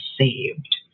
saved